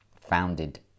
founded